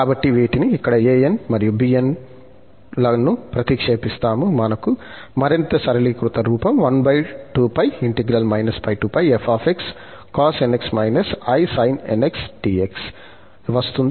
కాబట్టి వీటిని ఇక్కడ an మరియు bn లను ప్రతిక్షేపిస్తాము మనకు మరింత సరళీకృత రూపం వస్తుంది